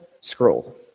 scroll